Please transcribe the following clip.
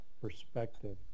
perspective